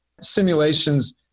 simulations